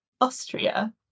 Austria